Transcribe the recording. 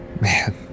Man